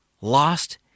Lost